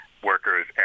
workers